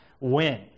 wind